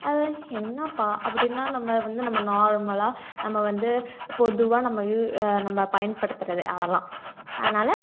அதில் என்னாப்பா அப்படின்னா நம்ம வந்து நம்ம நார்மலாக நம்ம வந்து பொதுவாக நம்ம யூ நம்ம பயன்படுத்துகிறது அதெல்லாம் அதனால்